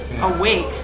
awake